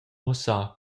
mussar